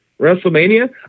WrestleMania